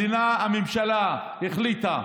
הממשלה החליטה